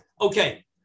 Okay